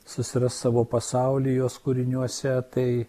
susirast savo pasaulį jos kūriniuose tai